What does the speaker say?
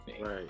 Right